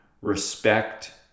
respect